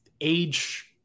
age